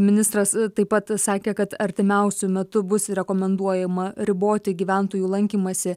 ministras taip pat sakė kad artimiausiu metu bus rekomenduojama riboti gyventojų lankymąsi